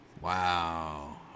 Wow